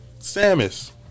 Samus